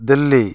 Delhi